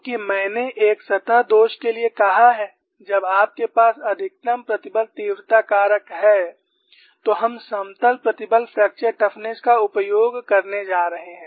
क्योंकि मैंने एक सतह दोष के लिए कहा है जब आपके पास अधिकतम प्रतिबल तीव्रता कारक है तो हम समतल प्रतिबल फ्रैक्चर टफनेस का उपयोग करने जा रहे हैं